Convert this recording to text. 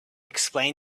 explain